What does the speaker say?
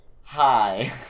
Hi